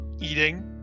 eating